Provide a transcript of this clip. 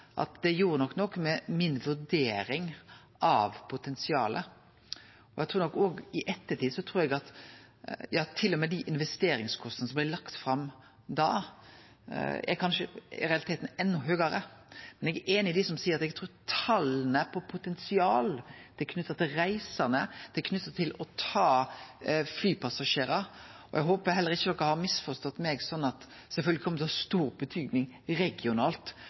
at det nok gjorde noko med mi vurdering av potensialet. I ettertid trur eg nok at til og med dei investeringskostnadene som blei lagde fram da, kanskje i realiteten er endå høgare, men eg er einig med dei som seier dei trur tala for potensial er knytte til reisande, til å ta flypassasjerar. Eg håpar heller ikkje de har misforstått meg: Sjølvsagt kjem det til å ha stor betydning regionalt